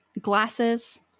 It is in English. glasses